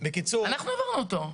אנחנו העברנו אותו.